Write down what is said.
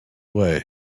way